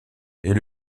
est